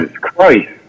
Christ